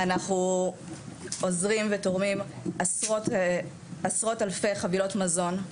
אנחנו עוזרים ותורמים עשרות אלפי חבילות מזון,